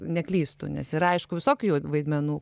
neklystu nes yra aišku visokių vaidmenų